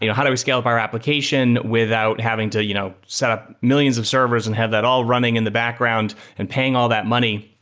you know how do we scale up our application without having to you know set up millions of servers and have that all running in the background and paying all that money.